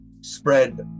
Spread